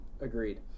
Agreed